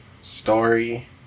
story